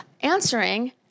answering